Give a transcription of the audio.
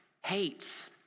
hates